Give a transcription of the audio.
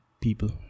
people